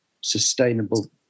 sustainable